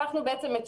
אז עסקנו בעיקר